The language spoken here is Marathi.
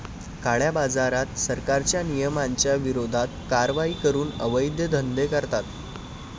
काळ्याबाजारात, सरकारच्या नियमांच्या विरोधात कारवाई करून अवैध धंदे करतात